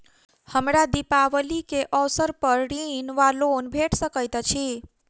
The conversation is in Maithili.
हमरा दिपावली केँ अवसर पर ऋण वा लोन भेट सकैत अछि?